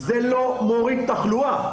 זה לא מוריד תחלואה.